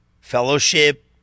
fellowship